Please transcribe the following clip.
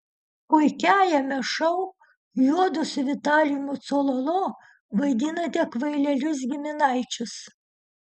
puikiajame šou judu su vitalijumi cololo vaidinate kvailelius giminaičius